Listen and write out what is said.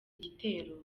gitero